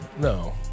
no